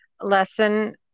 lesson